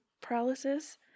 paralysis